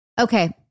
Okay